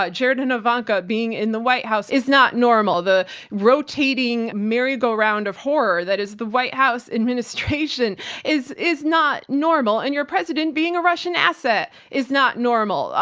ah jared and ivanka being in the white house is not normal. the rotating merry-go-round of horror that is the white house administration is is not normal, and your president being a russian asset is not normal.